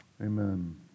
Amen